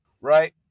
right